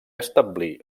establir